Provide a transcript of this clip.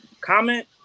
comment